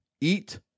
eat